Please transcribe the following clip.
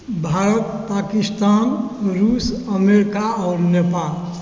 भारत पाकिस्तान रूस अमेरिका आओर नेपाल